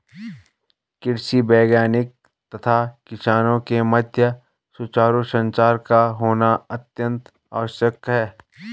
कृषि वैज्ञानिक तथा किसानों के मध्य सुचारू संचार का होना अत्यंत आवश्यक है